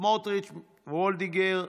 בצלאל סמוטריץ', מיכל וולדיגר,